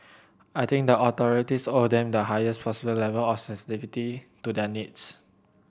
I think the authorities owe them the highest possible level of sensitivity to their needs